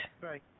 right